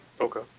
Okay